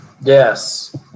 Yes